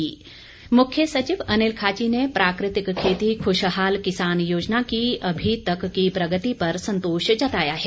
मुख्य सचिव मुख्य सचिव अनिल खाची ने प्राकृतिक खेती खुशहाल किसान योजना की अभी तक की प्रगति पर संतोष जताया है